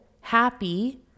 happy